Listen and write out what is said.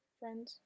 friends